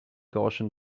gaussian